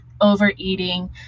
overeating